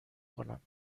کنم